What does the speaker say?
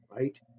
right